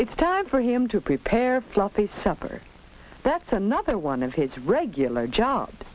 it's time for him to prepare fluffy supper that's another one of his regular jobs